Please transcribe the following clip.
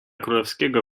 królewskiego